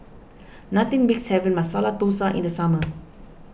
nothing beats having Masala Dosa in the summer